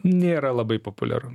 nėra labai populiaru